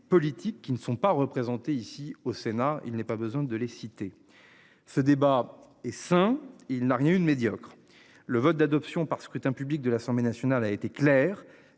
politiques qui ne sont pas représentés ici au Sénat, il n'est pas besoin de les citer. Ce débat est sain, il n'a rien de médiocre, le vote d'adoption par scrutin public de l'Assemblée nationale a été clair,